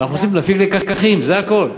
ואנחנו מנסים להפיק לקחים, זה הכול.